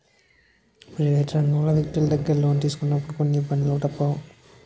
private రంగంలో వ్యక్తులు దగ్గర లోను తీసుకున్నప్పుడు కొన్ని ఇబ్బందులు తప్పవు